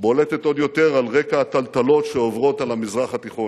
בולטת עוד יותר על רקע הטלטלות שעוברות על המזרח התיכון.